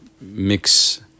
mix